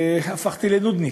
הפכתי לנודניק,